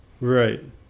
Right